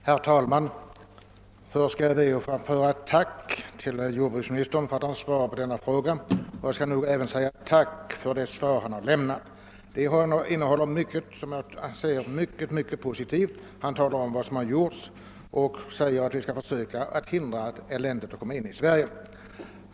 Herr talman! Jag ber först att få framföra ett tack till jordbruksministern för att han besvarat min fråga. Jag vill även tacka för det svar jag fått. Det innehåller enligt min uppfattning mycket som är positivt. Jordbruksministern redogör för vad som gjorts för att försöka hindra päronpesten att komma till Sverige.